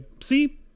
see